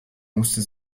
musste